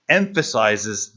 emphasizes